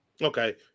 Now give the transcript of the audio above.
Okay